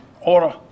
order